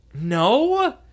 no